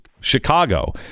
chicago